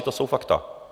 To jsou fakta.